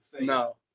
no